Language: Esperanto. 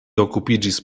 okupiĝis